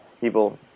People